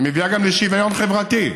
היא מביאה גם לשוויון חברתי.